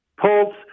pulse